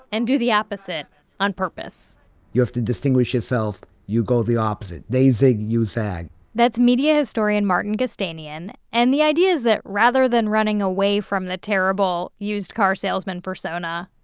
and do the opposite on purpose you have to distinguish yourself. you go the opposite. they zig, you zag that's media historian martin gostanian. and the idea is that rather than running away from the terrible used car salesman persona,